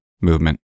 movement